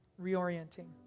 reorienting